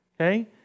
Okay